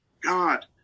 God